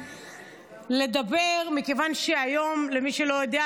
אינו נוכח,